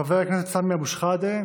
חבר הכנסת סמי אבו שחאדה,